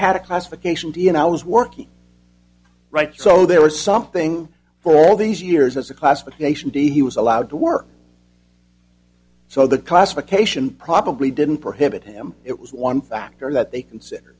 had a classification d and i was working right so there was something for all these years as a classification day he was allowed to work so the classification probably didn't prohibit him it was one factor that they consi